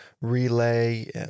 relay